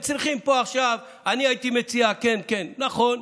אני הייתי מציע, כן, כן, נכון,